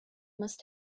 must